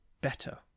better